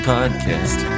Podcast